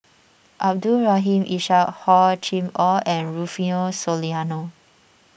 Abdul Rahim Ishak Hor Chim or and Rufino Soliano